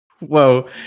Whoa